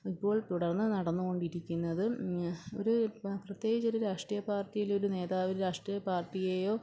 ഇപ്പോൾ തുടർന്ന് നടന്നു കൊണ്ടിരിക്കുന്നത് ഒരു പ്രത്യേകിച്ച് ഒരു രാഷ്ട്രീയ പാർട്ടിയിൽ ഒരു നേതാവ് രാഷ്ട്രീയ പാർട്ടിയെയോ